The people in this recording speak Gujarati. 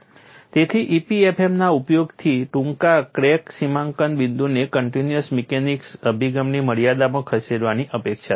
તેથી EPFM ના ઉપયોગથી ટૂંકા ક્રેક સીમાંકન બિંદુને કન્ટિન્યુમ મિકેનિક્સ અભિગમની મર્યાદામાં ખસેડવાની અપેક્ષા છે